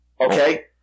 Okay